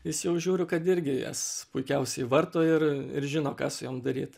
jis jau žiūriu kad irgi jas puikiausiai varto ir ir žino ką su jom daryt